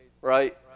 right